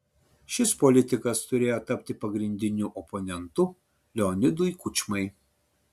šis politikas turėjo tapti pagrindiniu oponentu leonidui kučmai